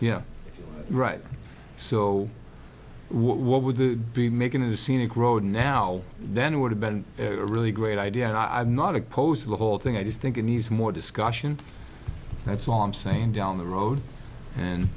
yeah right so what would be making a scenic road now then would have been a really great idea and i'm not opposed to the whole thing i just think it needs more discussion that's all i'm saying down the road and